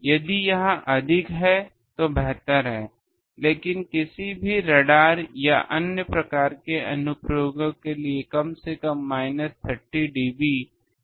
यदि यह अधिक है तो बेहतर है लेकिन किसी भी रडार या अन्य प्रकार के अनुप्रयोगों के लिए कम से कम माइनस 30 dB नीचे आवश्यक है